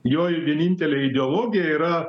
jo vienintelė ideologija yra